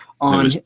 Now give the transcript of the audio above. on